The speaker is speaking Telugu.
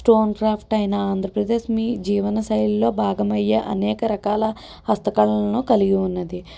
స్టోన్ క్రాఫ్ట్ అయిన ఆంధ్రప్రదేశ్ మీ జీవన శైలిలో భాగమయ్యే అనేక రకాల హస్తకళలను కలిగి ఉన్నది